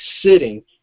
sitting